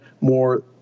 more